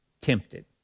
tempted